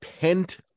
pent